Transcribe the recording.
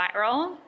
viral